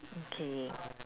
okay